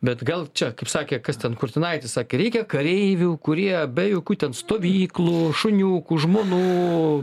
bet gal čia kaip sakė kas ten kurtinaitis sakė reikia kareivių kurie be jokių ten stovyklų šuniukų žmonų